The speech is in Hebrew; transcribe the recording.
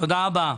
תודה רבה.